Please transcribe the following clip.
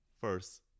first